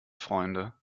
freunde